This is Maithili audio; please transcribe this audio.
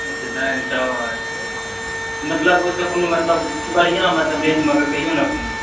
अच्छा दालि चावल मतलब ओहिसँ कोनो मतलब बढ़िऑं रेंज मे कहिऔ ने कोनो